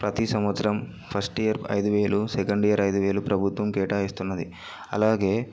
ప్రతీ సంవత్సరం first year ఐదు వేలు సెకండ్ ఇయర్ ఐదు వేలు ప్రభుత్వం కేటాయిస్తున్నది అలాగే